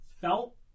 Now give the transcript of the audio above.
felt